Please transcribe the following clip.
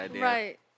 Right